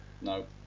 No